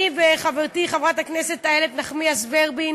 אני וחברתי חברת הכנסת איילת נחמיאס ורבין